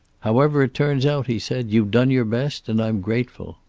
however it turns out, he said, you've done your best, and i'm grateful.